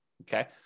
okay